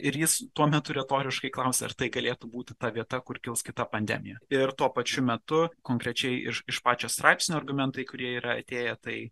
ir jis tuo metu retoriškai klausė ar tai galėtų būti ta vieta kur kils kita pandemija ir tuo pačiu metu konkrečiai iš iš pačio straipsnio argumentai kurie yra atėję tai